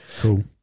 Cool